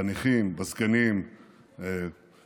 בנכים, בזקנים וכו'.